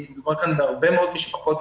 כי מדובר כאן בהרבה מאוד משפחות.